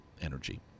energy